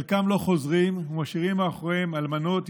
חלקם לא חוזרים ומשאירים מאחוריהם אלמנות,